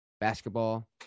Basketball